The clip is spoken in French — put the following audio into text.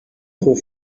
trop